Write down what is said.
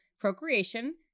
procreation